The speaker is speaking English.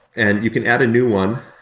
and you can add a new one,